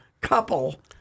couple